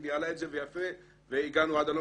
היא ניהלה את זה יפה והגענו עד הלום.